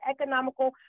economical